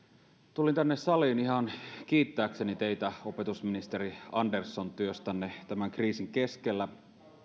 tulin tänne saliin ihan kiittääkseni teitä opetusministeri andersson työstänne tämän kriisin keskellä